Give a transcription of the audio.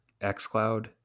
xCloud